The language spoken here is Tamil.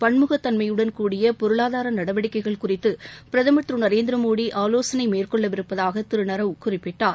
பன்முகத்தன்மையுடன் கூடிய பொருளாதார நடவடிக்கைகள் குறித்து பிரதமள் திரு நரேந்திரமோடி ஆவோசனை மேற்கொள்ள இருப்பதாக திரு நரவ் குறிப்பிட்டார்